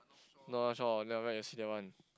North-Shore then after that you see that one